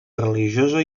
religiosa